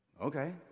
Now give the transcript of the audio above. okay